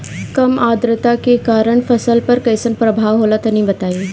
कम आद्रता के कारण फसल पर कैसन प्रभाव होला तनी बताई?